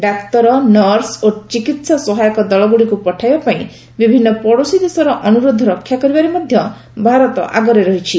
ଡାକ୍ତର nurse ଓ ଚିକିତ୍ସା ସହାୟକ ଦଳଗୁଡ଼ିକୁ ପଠାଇବା ପାଇଁ ବିଭିନ୍ନ ପଡ଼ୋଶୀ ଦେଶର ଅନୁରୋଧ ରକ୍ଷା କରିବାରେ ମଧ୍ୟ ଭାରତ ଆଗରେ ରହିଛି